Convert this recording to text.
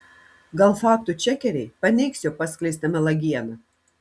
gal faktų čekeriai paneigs jo paskleistą melagieną